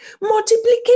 Multiplication